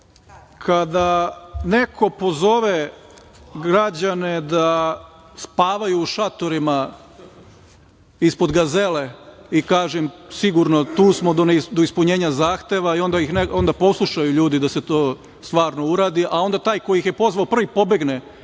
kada neko pozove građane da spavaju u šatorima ispod Gazele i kaže im sigurno tu smo do ispunjenja zahteva i onda poslušaju ljudi da se to stvarno uradi, a onda taj koji ih je pozvao prvi pobegne